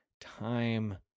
time